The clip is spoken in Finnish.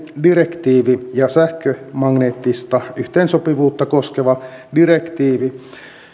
direktiivi pienjännitedirektiivi ja sähkömagneettista yhteensopivuutta koskeva direktiivi